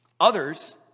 Others